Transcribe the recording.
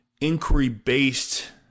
inquiry-based